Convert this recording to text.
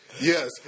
Yes